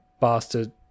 bastard